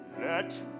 let